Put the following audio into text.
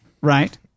right